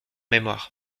mémoire